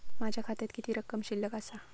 माझ्या खात्यात किती रक्कम शिल्लक आसा?